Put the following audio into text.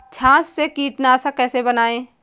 छाछ से कीटनाशक कैसे बनाएँ?